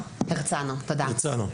תודה.